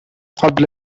قبل